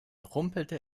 rumpelte